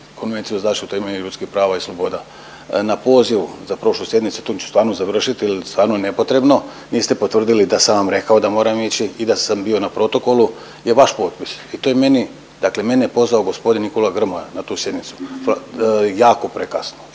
Konvenciju za zaštitu temeljnih ljudskih prava i sloboda. Na poziv za prošlu sjednicu, tim ću stvarno završiti, jer stvarno je nepotrebno. Niste potvrdili da sam vam rekao da moram ići i da sam bio na protokolu je vaš propust. I to je meni, dakle mene je pozvao gospodin Nikola Grmoja na tu sjednicu jako prekasno